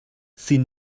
sin